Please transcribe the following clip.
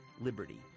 liberty